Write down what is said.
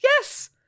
Yes